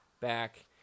back